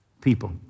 people